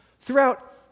throughout